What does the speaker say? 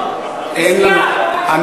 בחרתם נשיאה, הבית היהודי?